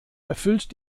erfüllt